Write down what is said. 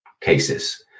cases